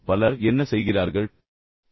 எனவே பலர் என்ன செய்கிறார்கள்